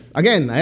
again